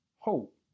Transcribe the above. hope